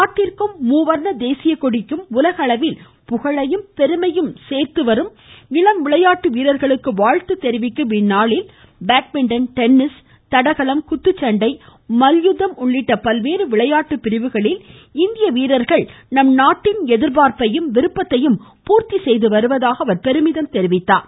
நாட்டிற்கும் மூவர்ண தேசிய கொடிக்கும் உலகளவில் புகழையும் பெருமையையும் சேர்க்கும் இளம் விளையாட்டு வீரர்களுக்கு வாழ்த்து தெரிவிக்கும் இந்நாளில் பேட்மிண்டன் டென்னிஸ் தடகளம் குத்துச்சண்டை மல்யுத்தம் உள்ளிட்ட பல்வேறு விளையாட்டுகளில் இந்தியவீரர்கள் நம்நாட்டின் எதிர்பார்ப்பையும் விருப்பத்தையும் பூர்த்தி செய்வதாக குறிப்பிட்டார்